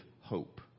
hope